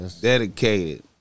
dedicated